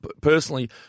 personally